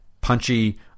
punchy